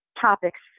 topics